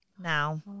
now